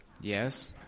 Yes